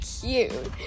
cute